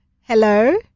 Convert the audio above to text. hello